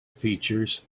features